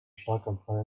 schlaganfall